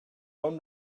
own